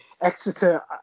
Exeter